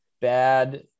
bad